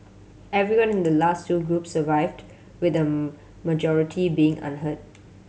everyone in the last two groups survived with the majority being unhurt